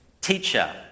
Teacher